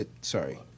sorry